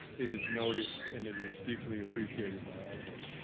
it is noticed and it is deeply appreciated by all of us.